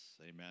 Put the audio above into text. Amen